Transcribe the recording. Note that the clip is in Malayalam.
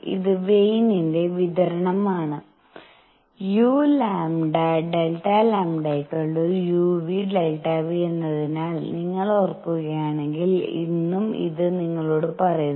ഇത് വെയൻ ന്റെ വിതരണമാണ്weins distribution uλ Δ λuν Δν എന്നതിനാൽ നിങ്ങൾ ഓർക്കുകയാണെങ്കിൽ എന്നും ഇത് നിങ്ങളോട് പറയുന്നു